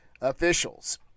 officials